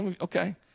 okay